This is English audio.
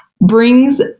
brings